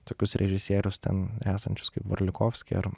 tokius režisierius ten esančius kaip varlikovski ar